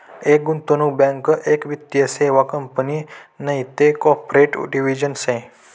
एक गुंतवणूक बँक एक वित्तीय सेवा कंपनी नैते कॉर्पोरेट डिव्हिजन शे